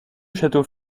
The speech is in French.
château